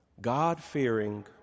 God-fearing